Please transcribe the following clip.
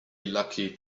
lucky